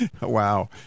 wow